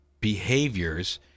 behaviors